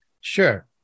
Sure